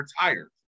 retired